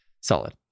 Solid